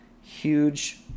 Huge